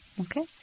Okay